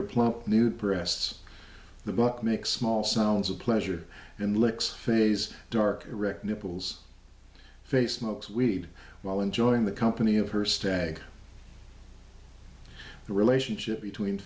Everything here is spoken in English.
her plump new press the book make small sounds of pleasure and licks phase dark erect nipples face smokes weed while enjoying the company of her stag the relationship between